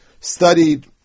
studied